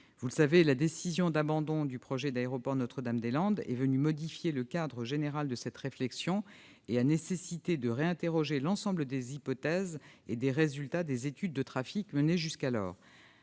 vous le savez, la décision d'abandon du projet d'aéroport à Notre-Dame-des-Landes a modifié le cadre général de cette réflexion et a nécessité de réinterroger l'ensemble des hypothèses et des résultats d'études de circulation menées jusqu'alors.